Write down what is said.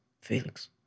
Felix